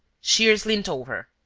shears leant over.